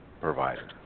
provider